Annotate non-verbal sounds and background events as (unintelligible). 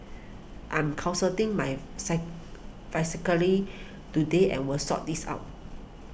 I'm consulting my (unintelligible) today and will sort this out